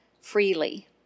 freely